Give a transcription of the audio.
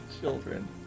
children